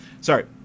sorry